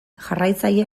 jarraitzaile